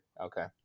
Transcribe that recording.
okay